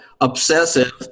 obsessive